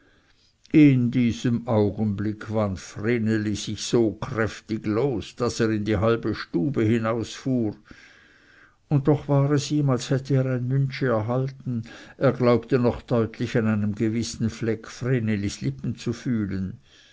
in diesem augenblick wand vreneli sich so kräftig los daß er in die halbe stube zurückfuhr und doch war es ihm als hätte er ein müntschi erhalten er glaubte noch deutlich an einem gewissen fleck vrenelis lippen zu fühlen